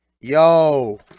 yo